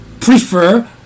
prefer